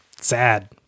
Sad